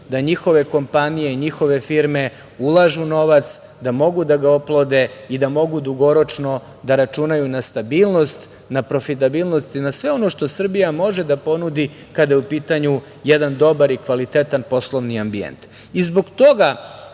da njihove kompanije i njihove firme ulažu novac, da mogu da ga oplode i da mogu dugoročno da računaju na stabilnost, na profitabilnost i na sve ono što Srbija može da ponudi kada je u pitanju jedan dobar i kvalitetan poslovni ambijent. Zbog